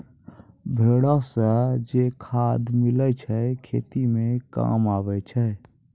भेड़ो से जे खाद मिलै छै खेती मे काम आबै छै